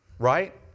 Right